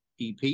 EP